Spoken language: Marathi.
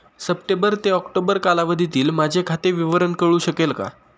सप्टेंबर ते ऑक्टोबर या कालावधीतील माझे खाते विवरण कळू शकेल का?